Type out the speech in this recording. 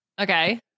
Okay